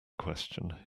question